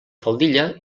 faldilla